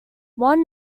one